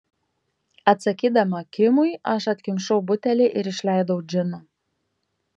atsakydama kimui aš atkimšau butelį ir išleidau džiną